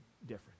different